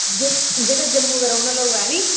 जे जेह्का जम्मू दा रौह्ने आह्ला होऐ हैनीं